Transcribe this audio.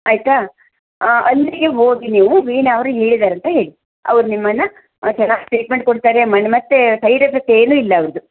ಆಯಿತಾ ಅಲ್ಲಿಗೆ ಹೋಗಿ ನೀವು ವೀಣಾ ಅವರು ಹೇಳಿದ್ದಾರಂತ ಹೇಳಿ ಅವರು ನಿಮ್ಮನ್ನು ಚೆನ್ನಾಗಿ ಟ್ರೀಟ್ಮೆಂಟ್ ಕೊಡ್ತಾರೆ ಮತ್ತು ಸೈಡ್ ಎಫೆಕ್ಟ್ ಏನು ಇಲ್ಲ ಅವರದು